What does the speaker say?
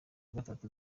gatatu